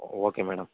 okay madam